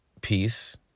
Peace